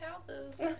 houses